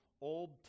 Old